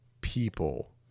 people